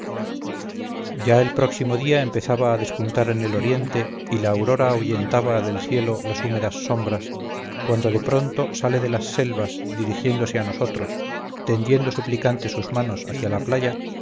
ya el próximo día empezaba a despuntar en el oriente y la aurora ahuyentaba del cielo las húmedas sombras cuando de pronto sale de las selvas dirigiéndose a nosotros tendiendo suplicante sus manos hacia la playa